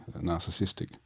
narcissistic